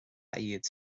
iad